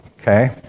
okay